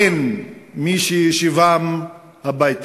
אין מי שישיבם הביתה.